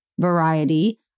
variety